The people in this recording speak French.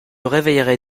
réveillerai